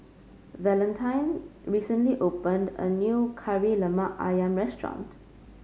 Valentine recently opened a new Kari Lemak ayam restaurant